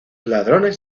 ladrones